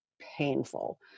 painful